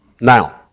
now